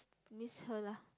miss her lah